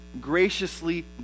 graciously